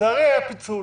לצערי היה פיצול.